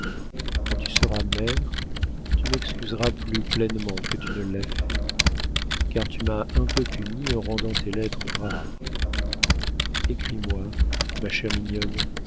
quand tu seras mère tu m'excuseras plus pleinement que tu ne l'as fait car tu m'as un peu punie en rendant tes lettres rares écris-moi ma chère mignonne